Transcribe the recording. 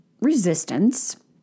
resistance